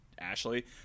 Ashley